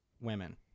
women